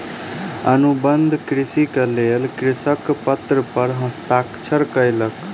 अनुबंध कृषिक लेल कृषक पत्र पर हस्ताक्षर कयलक